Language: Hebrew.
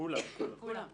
כולם.